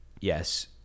yes